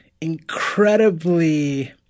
incredibly –